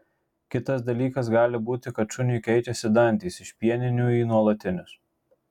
kitas dalykas gali būti kad šuniui keičiasi dantys iš pieninių į nuolatinius